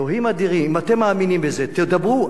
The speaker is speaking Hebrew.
אלוהים אדירים, אם אתם מאמינים בזה, דברו.